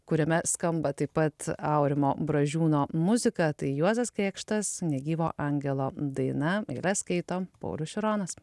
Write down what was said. kuriame skamba taip pat aurimo bražiūno muzika tai juozas kėkštas negyvo angelo daina eiles skaito paulius šironas